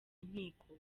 inkiko